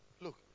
Look